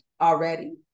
already